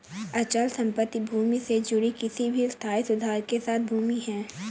अचल संपत्ति भूमि से जुड़ी किसी भी स्थायी सुधार के साथ भूमि है